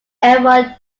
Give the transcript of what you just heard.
everyone